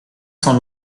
cent